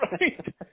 Right